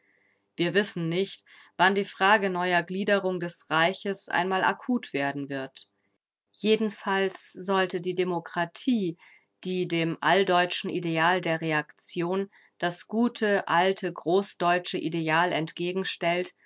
wir wissen nicht wann die frage neuer gliederung des reiches einmal akut werden wird jedenfalls sollte die demokratie die dem alldeutschen ideal der reaktion das gute alte großdeutsche ideal entgegenstellt